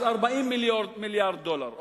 אז 40 מיליארד דולר.